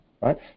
right